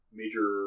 major